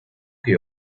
que